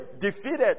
defeated